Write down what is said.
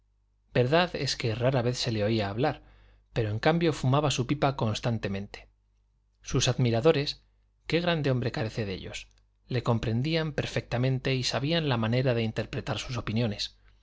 verdad es que rara vez se le oía hablar pero en cambio fumaba su pipa constantemente sus admiradores qué grande hombre carece de ellos le comprendían perfectamente y sabían la manera de interpretar sus opiniones